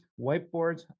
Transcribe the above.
whiteboards